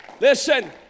Listen